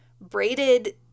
braided